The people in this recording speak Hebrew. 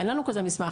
אין לנו כזה מסמך,